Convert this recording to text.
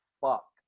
fuck